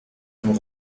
dem